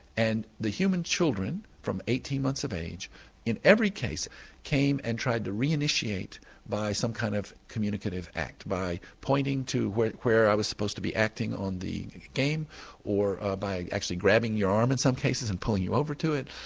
and the human children from eighteen months of age in every case came and tried to re-initiate by some kind of communicative act, by pointing to where where i was supposed to be acting on the game or ah by actually grabbing your arm in some cases and pulling you over to it.